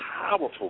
powerful